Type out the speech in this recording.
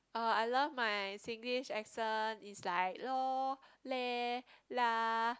ah I love my Singlish accent is like lor leh lah